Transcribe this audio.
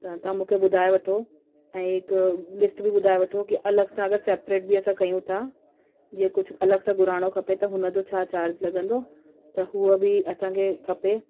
त तव्हां मूंखे ॿुधाए वठो ऐं हिकु लिस्ट बि ॿुधाए वठो की अलॻि सां अगरि सेपरेट बि असां कयूं त जीअं कुझु अलॻि सां घुराइणो खपे त हुन जो छा चार्ज लॻंदो त हुआ बि असांखे खपे